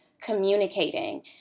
communicating